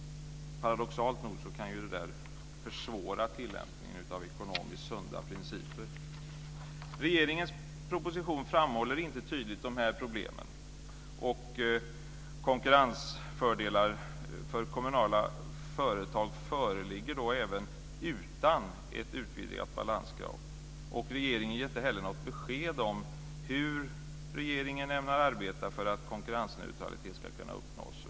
Paradoxalt nog kan det försvåra tillämpningen av ekonomiskt sunda principer. Regeringens proposition framhåller inte tydligt de här problemen. Konkurrensfördelar för kommunala företag föreligger då även utan ett utvidgat balanskrav. Regeringen ger inte heller något besked om hur regeringen ämnar arbeta för att konkurrensneutralitet ska kunna uppnås.